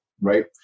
right